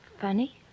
Funny